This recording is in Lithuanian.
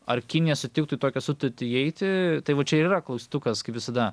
ar kinija sutiktų į tokią sutartį įeiti tai va čia ir yra klaustukas kai visada